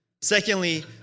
Secondly